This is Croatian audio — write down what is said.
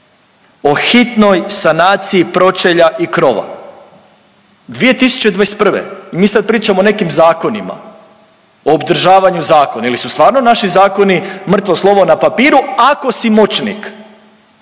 o hitnoj sanaciji pročelja i krova. 2021. i mi sad pričamo o nekim zakonima, o obdržavanju zakona ili su stvarno naši zakoni mrtvo slovo na papiru ako si moćnik,